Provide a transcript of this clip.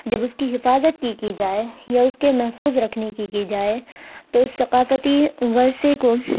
جب اس کی حفاظت کی کی جائے یا اس کے محفوظ رکھنے کی کی جائے تو ثقافتی ورثے کو